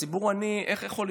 הציבור עני, איך יכול להיות?